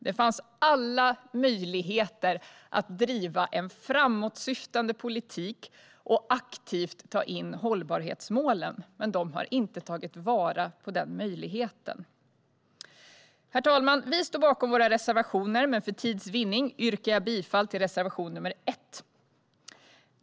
Det fanns alla möjligheter att driva en framåtsyftande politik och aktivt ta in hållbarhetsmålen. Men man har inte tagit vara på möjligheten. Herr talman! Jag står bakom våra reservationer, men för tids vinnande yrkar jag bifall endast till reservation 1.